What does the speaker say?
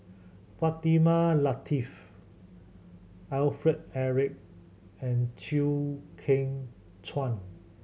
Fatimah Lateef Alfred Eric and Chew Kheng Chuan